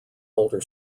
older